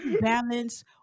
balance